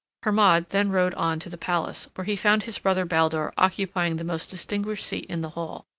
hermod then rode on to the palace, where he found his brother baldur occupying the most distinguished seat in the hall,